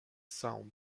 sound